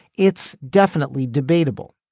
it's definitely debatable.